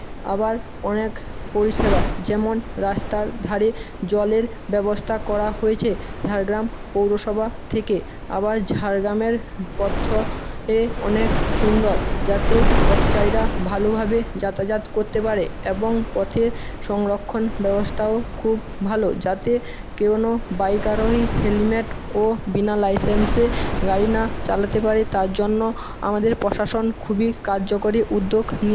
আবার অনেক পরিষেবা যেমন রাস্তার ধারে জলের ব্যবস্থা করা হয়েছে ঝাড়গ্রাম পৌরসভা থেকে আবার ঝাড়গামের কথ্যও এ অনেক সুন্দর যাতে পথচারীরা ভালোভাবে যাতায়াত করতে পারে এবং পথে সংরক্ষণ ব্যবস্থাও খুব ভালো যাতে কোনো বাইক আরোহী হেলমেট ও বিনা লাইসেন্সে গাড়ি না চালাতে পারে তার জন্য আমাদের প্রশাসন খুবই কার্যকারী উদ্যোগ নিয়েছে